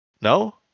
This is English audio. No